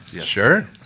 Sure